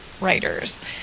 writers